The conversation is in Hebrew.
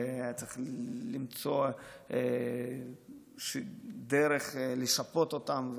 והיה צריך למצוא דרך לשפות אותם,